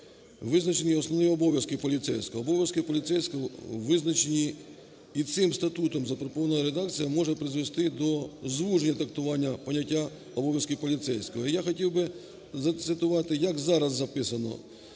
визначені основні обов'язки поліцейського. Обов'язки поліцейського визначені і цим статутом. Запропонована редакція може призвести до звуження трактування поняття "обов'язки поліцейського". Я хотів бизацитувати, як зараз записано.